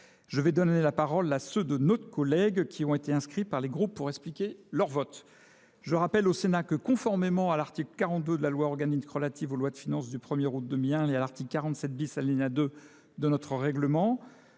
je vais donner la parole à ceux de notre collègue qui ont été inscrits par les groupes pour expliquer leur vote. Je rappelle au Sénat que conformément à l'article 42 de la loi organique relative aux lois de finances du 1er août 2001 et à l'article 47 bis à ligne A2 de notre règlement,